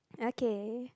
okay